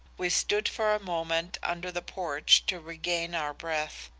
we stood for a moment under the porch to regain our breath,